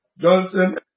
Johnson